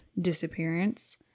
disappearance